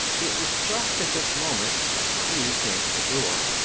it was just at this moment that marie came to the door,